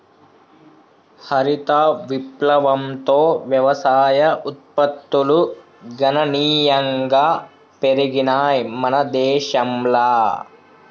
హరిత విప్లవంతో వ్యవసాయ ఉత్పత్తులు గణనీయంగా పెరిగినయ్ మన దేశంల